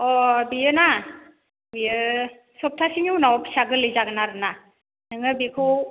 अह बेयोना बेयो सप्तासेनि उनाव फिसा गोरलै जागोन आरोना नोङो बेखौ